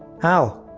how?